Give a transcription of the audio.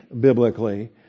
biblically